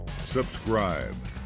subscribe